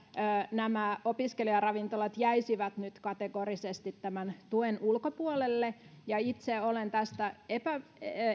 nämä opiskelijaravintolat jäisivät nyt kategorisesti tämän tuen ulkopuolelle ja itse olen tästä